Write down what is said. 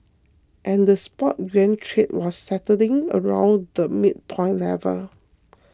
and the spot yuan trade was settling around the midpoint level